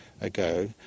ago